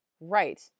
right